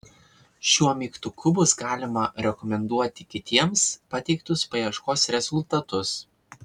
šiuo mygtuku bus galima rekomenduoti kitiems pateiktus paieškos rezultatus